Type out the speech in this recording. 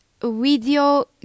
video